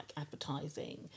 advertising